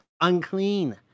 unclean